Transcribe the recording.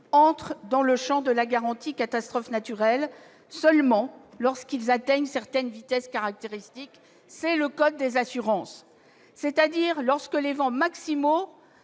entrent dans le champ de la garantie catastrophe naturelle seulement lorsqu'il a présenté les vitesses et caractéristiques fixées par le code des assurances, c'est-à-dire lorsque les vents maximaux